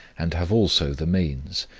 and have also the means,